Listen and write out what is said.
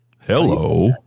Hello